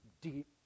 deep